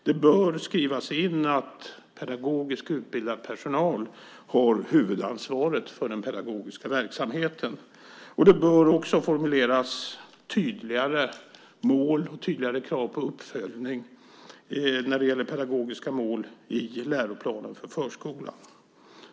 Det bör skrivas in att pedagogiskt utbildad personal har huvudansvaret för den pedagogiska verksamheten. Det bör också formuleras tydligare mål och tydligare krav på uppföljning när det gäller pedagogiska mål i läroplanen för förskolan.